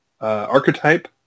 archetype